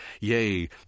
Yea